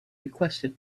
requested